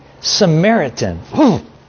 Samaritan